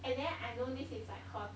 and then I know this is like her